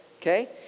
okay